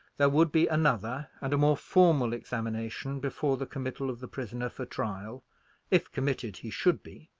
there would be another and a more formal examination before the committal of the prisoner for trial if committed he should be.